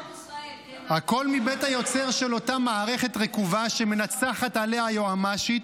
--- הכול מבית היוצר של אותה מערכת רקובה שמנצחת עליה היועמ"שית,